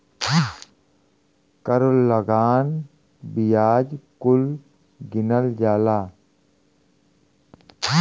कर लगान बियाज कुल गिनल जाला